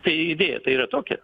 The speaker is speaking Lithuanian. tai idėja tai yra tokia